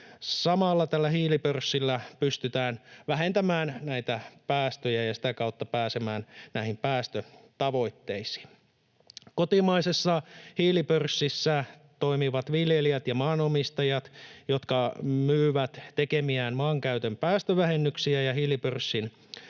tällä hiilipörssillä pystytään vähentämään näitä päästöjä ja sitä kautta pääsemään näihin päästötavoitteisiin. Kotimaisessa hiilipörssissä toimivat viljelijät ja maanomistajat, jotka myyvät tekemiään maankäytön päästövähennyksiä, ja hiilipörssin